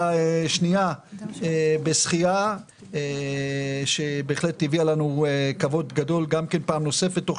שנייה בשחייה שהביאה לנו כבוד גדול פעם נוספת תוך